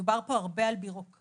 דובר כאן הרבה על בירוקרטיות.